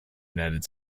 united